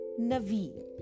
Naveen